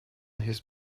his